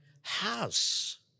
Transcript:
house